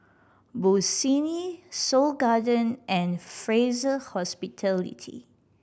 Bossini Seoul Garden and Fraser Hospitality